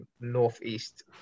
northeast